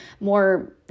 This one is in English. more